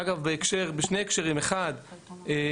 אגב, בהקשר, בשני הקשרים, אחד הוא אלימות,